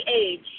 age